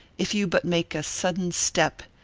if you but make a sudden step,